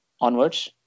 onwards